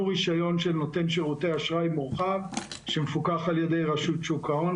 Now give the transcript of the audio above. רישיון של נותן שירותי אשראי מורחב שמפוקח על ידי רשות שוק ההון.